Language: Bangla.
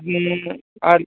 উম্ম আর